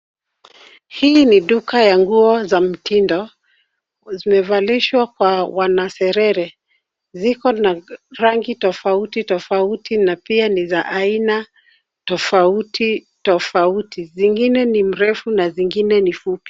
Hii ni duka ya nguo za mtindo, zimevalishwa kwa wanaserere. Ziko na rangi tofauti tofauti, na pia ni za aina tofauti tofauti. Zingine ni mrefu na zingine ni fupi.